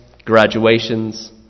graduations